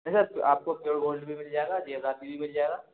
जी sir आपको pure gold भी मिल जाएगा जेवरात में भी मिल जाएगा